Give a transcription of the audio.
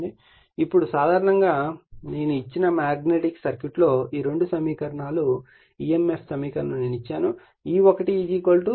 ఇప్పుడు సాధారణంగా నేను ఇచ్చిన మాగ్నెటిక్ సర్క్యూట్లో ఈ రెండు సమీకరణాలు EMF సమీకరణం నేను ఇచ్చాను E1 4